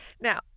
Now